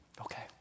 okay